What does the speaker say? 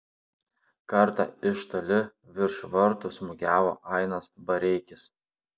kartą iš toli virš vartų smūgiavo ainas bareikis